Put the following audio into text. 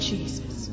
Jesus